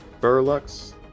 Burlux